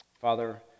Father